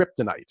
kryptonite